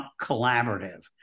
collaborative